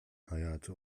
hayatı